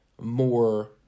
more